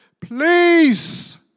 please